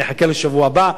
אני אחכה לשבוע הבא,